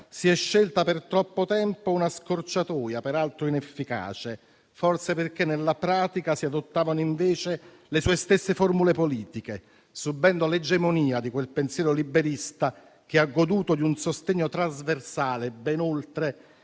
si è scelta per troppo tempo una scorciatoia, peraltro inefficace; forse perché nella pratica si adottavano invece le sue stesse formule politiche, subendo l'egemonia di quel pensiero liberista che ha goduto di un sostegno trasversale ben oltre